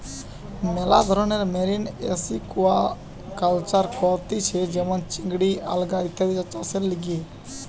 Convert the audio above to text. মেলা ধরণের marine aquaculture করতিছে যেমন চিংড়ি, আলগা ইত্যাদি চাষের লিগে